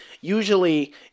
usually